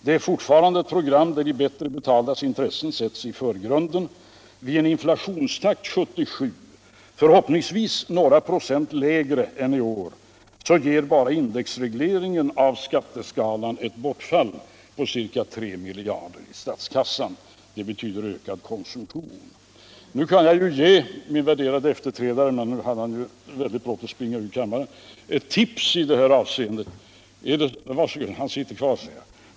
Det är fortfarande ett program där de bättre betaldas intressen sätts i förgrunden. Vid en inflationstakt under 1977 som förhoppningsvis ligger några procent lägre än i år ger bara indexregleringen av skatteskalan ett bortfall på ca 3 miljarder för statskassan. Det betyder ökad konsumtion. Jag kan ge min värderade efterträdare ett tips på den här punkten. Han hade väldigt brått att springa ut ur kammaren — nej, han sitter kvar, ser jag.